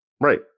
Right